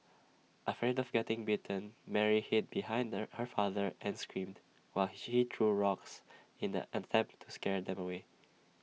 afraid of getting bitten Mary hid behind the her father and screamed while she he threw rocks in an attempt to scare them away